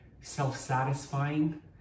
self-satisfying